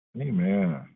Amen